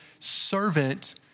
servant